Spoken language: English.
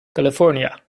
california